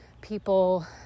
people